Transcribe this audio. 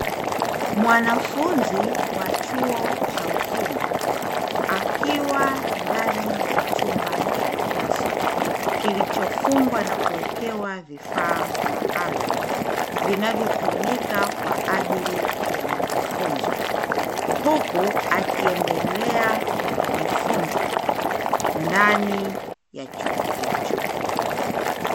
Mwanafunzi wa chuo cha ufundi akiwa ndani ya chumba cha darasa, kilichofungwa na kuwekewa vifaa maalumu, vinavyotumika kwa ajili ya majifunzo huku akiendelea kujifunza ndani ya chuo hicho.